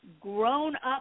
Grown-Up